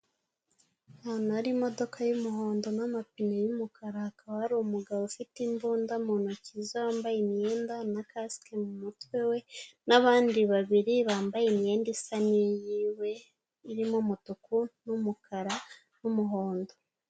Ahantu hari imodoka y'umuhondo namapine y'umukara. Hakaba hari umugabo ufite imbunda mu ntoki ze, wambaye imyenda na kasike mu mutwe we, n'abandi babiri bambaye imyenda isa n'iyiwe. Irimo umutuku, n'umukara n'umuhondo.